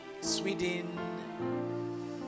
Sweden